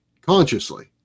consciously